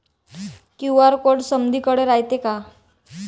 QR code समदीकडे रायतो का?